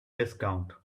discount